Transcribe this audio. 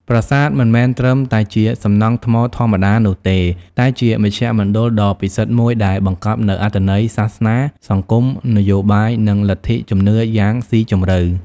ប្រាសាទមិនមែនត្រឹមតែជាសំណង់ថ្មធម្មតានោះទេ តែជាមជ្ឈមណ្ឌលដ៏ពិសិដ្ឋមួយដែលបង្កប់នូវអត្ថន័យសាសនា សង្គម នយោបាយ និងលទ្ធិជំនឿយ៉ាងស៊ីជម្រៅ។